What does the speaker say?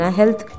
health